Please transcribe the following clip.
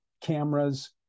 cameras